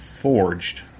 forged